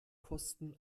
kosten